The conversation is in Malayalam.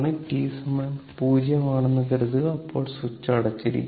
t 0 ആണെന്ന് കരുതുക അപ്പോൾ സ്വിച്ച് അടച്ചിരിക്കുന്നു